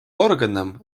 органом